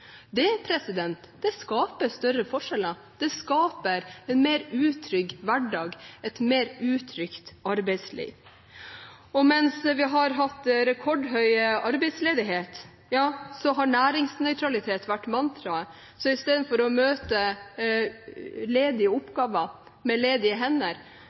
Det skaper større forskjeller, det skaper en mer utrygg hverdag og et mer utrygt arbeidsliv. Og mens vi har hatt rekordhøy arbeidsledighet, har næringsnøytralitet vært mantraet. Så istedenfor å møte ledige oppgaver med ledige hender,